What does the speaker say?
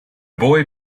boy